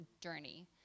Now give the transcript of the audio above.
journey